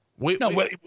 No